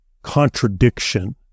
Contradiction